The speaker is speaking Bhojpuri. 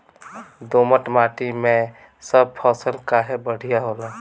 दोमट माटी मै सब फसल काहे बढ़िया होला?